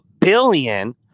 billion